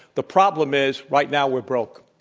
the problem is right now we're broke.